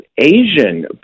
Asian